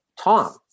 Tom